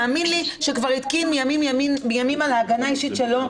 האמן לי שכבר התקין מימים ימימה להגנה אישית שלו.